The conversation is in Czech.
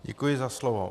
Děkuji za slovo.